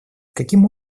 каким